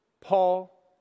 Paul